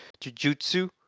Jujutsu